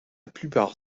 plupart